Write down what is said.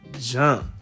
jump